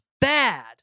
bad